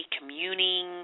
communing